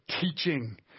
teaching